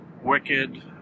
Wicked